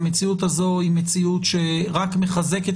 והמציאות הזאת היא מציאות שרק מחזקת